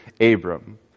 Abram